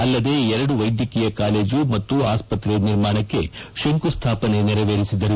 ಅಲ್ಲದೇ ಎರಡು ವೈದ್ಯಕೀಯ ಕಾಲೇಜು ಮತ್ತು ಆಸ್ಪತ್ರೆ ನಿರ್ಮಾಣಕ್ಕೆ ಶಂಕುಸ್ಥಾಪನೆ ನೆರವೇರಿಸಿದರು